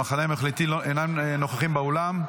המחנה הממלכתי אינם נוכחים באולם,